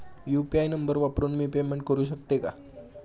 UPI number वापरून मी payment करू शकते का?